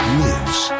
lives